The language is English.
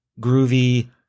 groovy